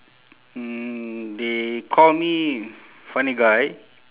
mm they call me funny guy